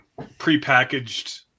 prepackaged